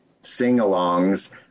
sing-alongs